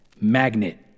Magnet